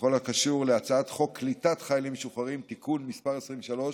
בכל הקשור להצעת חוק קליטת חיילים משוחררים (תיקון מס' 23,